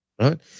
Right